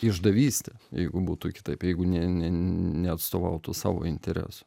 išdavyste jeigu būtų kitaip jeigu ne ne neatstovautų savo interesų